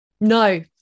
No